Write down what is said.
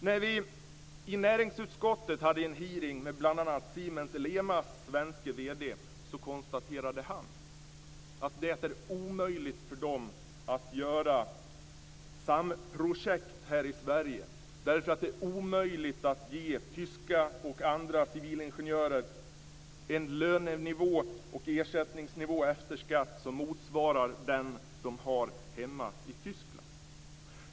När vi i näringsutskottet hade en hearing med bl.a. Siemens-Elemas svenske vd konstaterade han att det är omöjligt för dem att driva samprojekt här i Sverige, därför att det är omöjligt att ge tyska och andra civilingenjörer en lönenivå och ersättningsnivå efter skatt som motsvarar den de har hemma.